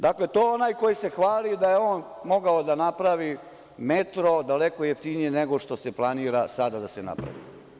Dakle, to je onaj koji se hvali da je on mogao da napravi metro daleko jeftinije nego što se planira sada da se napravi.